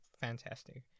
fantastic